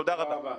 תודה רבה.